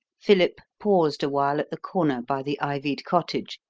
philip paused a while at the corner, by the ivied cottage,